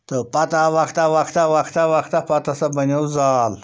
تہٕ پَتہٕ آو وقتہ وقتہ وقتہ وقتہ پَتہٕ ہَسا بَنیو زال